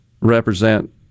represent